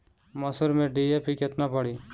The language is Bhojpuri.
मसूर में डी.ए.पी केतना पड़ी?